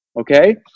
Okay